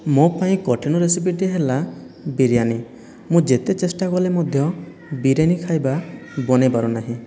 ମୋ' ପାଇଁ କଠିନ ରେସିପିଟି ହେଲା ବିରିୟାନୀ ମୁଁ ଯେତେ ଚେଷ୍ଟା କଲେ ମଧ୍ୟ ବିରିୟାନୀ ଖାଇବା ବନାଇପାରୁନାହିଁ